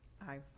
Aye